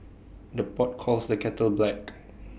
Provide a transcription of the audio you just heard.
the pot calls the kettle black